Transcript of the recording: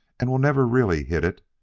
and we'll never really hit it.